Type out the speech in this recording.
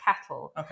cattle